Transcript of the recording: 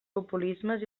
populismes